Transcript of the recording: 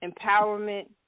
Empowerment